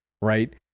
right